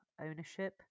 ownership